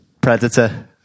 predator